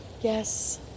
Yes